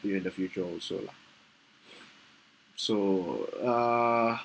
within the future also lah so uh